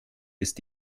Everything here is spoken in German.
ist